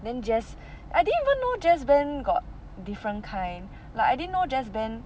then jazz I didn't even know jazz band got different kind like I didn't know jazz band